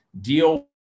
deal